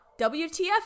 WTF